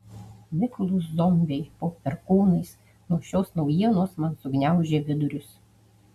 miklūs zombiai po perkūnais nuo šios naujienos man sugniaužė vidurius